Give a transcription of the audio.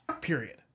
Period